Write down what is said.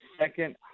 second